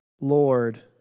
Lord